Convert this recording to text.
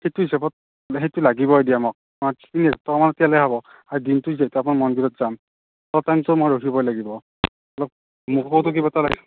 সেইটো হিচাপত সেইটো লাগিবই দিয়ক মোক অলপ টাইমতো মই ৰখিবই লাগিব